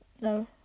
no